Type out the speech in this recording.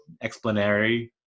explanatory